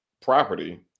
property